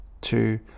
two